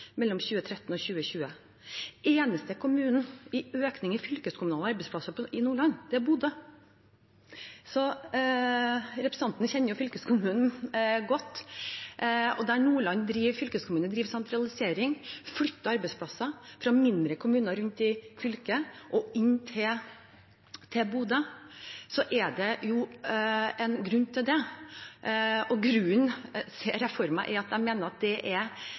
mellom 2013 og 2020. Den eneste kommunen med økning i fylkeskommunale arbeidsplasser i Nordland er Bodø. Representanten kjenner fylkeskommunen godt, og der Senterpartiet driver fylkeskommunen, driver sentralisering, flytter arbeidsplasser fra mindre kommuner rundt i fylket og inn til Bodø, er det en grunn til det, og grunnen ser jeg for meg er at de mener det er